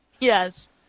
Yes